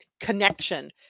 connection